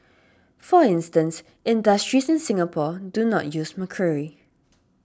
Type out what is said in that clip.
for instance industries in Singapore do not use mercury